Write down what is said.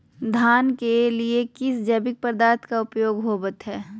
धान के लिए किस जैविक पदार्थ का उपयोग होवत है?